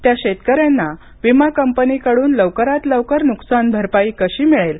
त्या शेतकऱ्यांना विमा कंपनीकडून लवकरात लवकर नुकसान भरपाई कशी मिळेल